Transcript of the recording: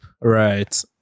Right